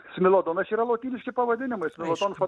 smelodonas yra lotyniški pavadinimai filosofo